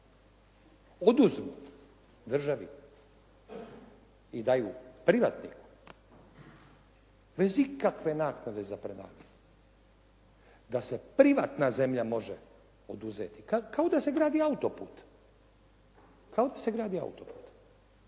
oduzmu državi i daju privatniku bez ikakve naknade za prenamjenu, da se privatna zemlja može oduzeti kao da se gradi autoput zbog toga